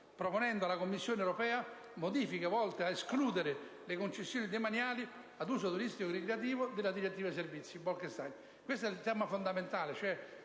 proponendo alla Commissione europea modifiche volte a escludere le concessioni demaniali ad uso turistico-ricreativo dalla "direttiva servizi"». Il tema fondamentale,